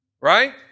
Right